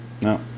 No